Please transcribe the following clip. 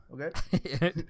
Okay